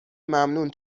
ممنون